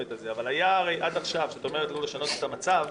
על זה כשאת אומרת לא לשנות את המצב,